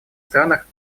странах